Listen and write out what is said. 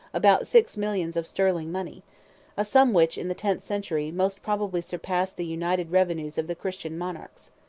about six millions of sterling money a sum which, in the tenth century, most probably surpassed the united revenues of the christians monarchs.